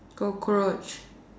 cockroach